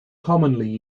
commonly